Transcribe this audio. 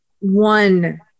one